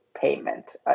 payment